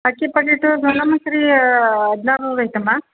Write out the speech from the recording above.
ಅಕ್ಕಿ ಪೆಕೆಟು ಸೋನಾ ಮಸ್ರಿ ಹದ್ನಾರು ನೂರು ಆಯಿತಮ್ಮ